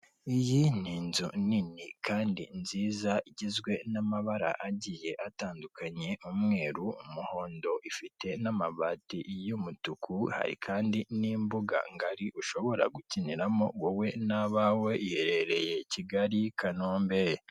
Iyi ni inzu nini kandi nziza igizwe n'amabara agiye atanduaknye umweru, umuhondo ifite n'amabati y'umutuku. Hari kandi n'imbuga ngari ushobora gukiniramo wowe n'abawe iherereye Kigali Kanombe.